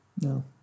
No